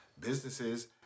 Businesses